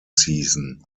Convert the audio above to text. season